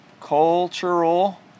Cultural